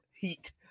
heat